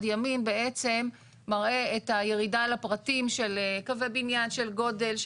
ימין בעצם מראה את הירידה לפרטים של קווי בניין של גודל,